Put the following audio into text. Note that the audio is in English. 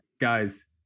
guys